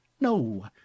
No